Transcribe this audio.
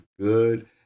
good